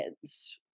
kids